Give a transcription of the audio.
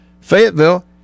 Fayetteville